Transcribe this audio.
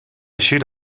should